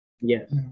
yes